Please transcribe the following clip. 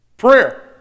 Prayer